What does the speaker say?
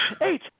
eight